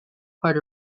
part